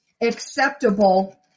acceptable